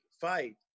fight